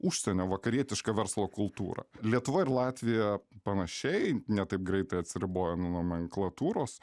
užsienio vakarietišką verslo kultūrą lietuva ir latvija panašiai ne taip greitai atsiribojo nuo nomenklatūros